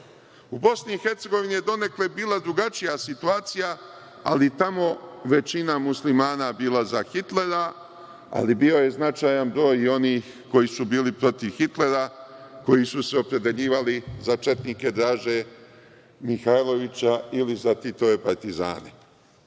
Bosni i Hercegovini je donekle bila drugačija situacija, ali tamo je većina Muslimana bila za Hitlera, ali bio je značajan broj i onih koji su bili protiv Hitlera, koji su se opredeljivali za četnike Draže Mihailovića ili za Titove partizane. Na